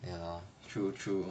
true true